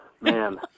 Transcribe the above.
man